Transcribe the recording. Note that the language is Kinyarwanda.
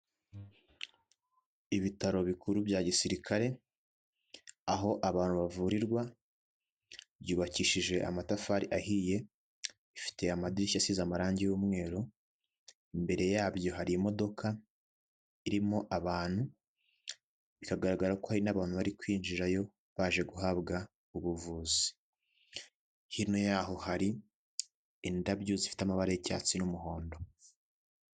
Ibitaro bikuru bya gisirikare, aho abantu bavurirwa, byubakishije amatafari ahiye, bifite amadirishya asize amarangi y'umweru, imbere yabyo hari imodoka irimo abantu bikagaragara ko hari n'abantu bari kwinjirayo baje guhabwa ubuvuzi, hino y'aho hari indabyo zifite amaba y'icyatsi n'umuhondo.